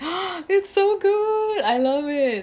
it's so good I love it